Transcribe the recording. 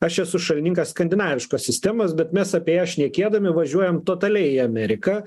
aš esu šalininkas skandinaviškos sistemos bet mes apie ją šnekėdami važiuojam totaliai į ameriką